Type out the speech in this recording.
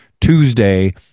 Tuesday